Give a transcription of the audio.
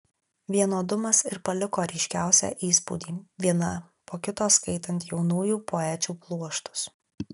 vienodumas ir paliko ryškiausią įspūdį vieną po kito skaitant jaunųjų poečių pluoštus